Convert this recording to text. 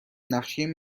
نقشه